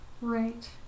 Right